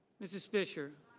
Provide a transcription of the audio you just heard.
mrs. fisher.